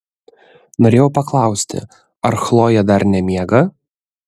norėjau paklausti ar chlojė dar nemiega